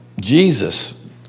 Jesus